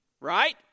right